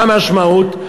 מה המשמעות?